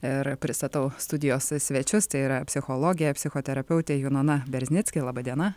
ir pristatau studijos svečius tai yra psichologė psichoterapeutė junona berznitski laba diena